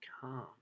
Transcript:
calm